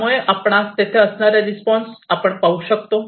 त्यामुळे आपणास तेथे असणारा रिस्पॉन्स आपण पाहू शकतो